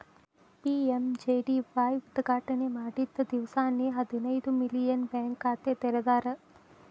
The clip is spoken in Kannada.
ಪಿ.ಎಂ.ಜೆ.ಡಿ.ವಾಯ್ ಉದ್ಘಾಟನೆ ಮಾಡಿದ್ದ ದಿವ್ಸಾನೆ ಹದಿನೈದು ಮಿಲಿಯನ್ ಬ್ಯಾಂಕ್ ಖಾತೆ ತೆರದಾರ್